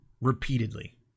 repeatedly